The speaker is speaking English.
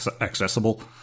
accessible